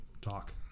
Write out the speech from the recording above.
talk